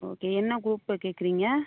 okay என்ன group கேட்குறீங்க